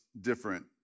different